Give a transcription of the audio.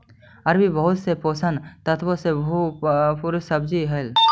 अरबी बहुत से पोषक तत्वों से भरपूर सब्जी हई